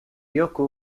yuki